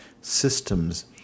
systems